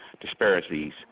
disparities